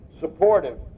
supportive